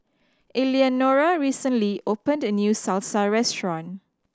Eleanora recently opened a new Salsa Restaurant